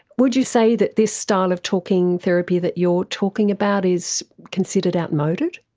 would you say that this style of talking therapy that you're talking about is considered outmoded?